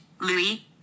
Louis